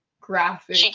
graphic